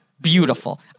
Beautiful